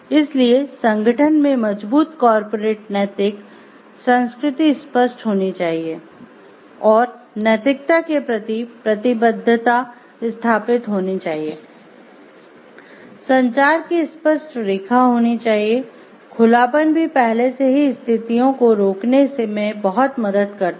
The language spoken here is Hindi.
इसलिए संगठन में मजबूत कॉर्पोरेट नैतिक संस्कृति स्पष्ट होनी चाहिए और नैतिकता के प्रति प्रतिबद्धता स्थापित होनी चाहिए संचार की स्पष्ट रेखा होनी चाहिए खुलापन भी पहले से ही स्थितियों को रोकने में बहुत मदद करता है